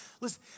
Listen